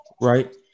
Right